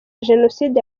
jenoside